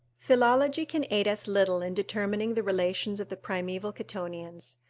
philology can aid us little in determining the relations of the primeval quitonians,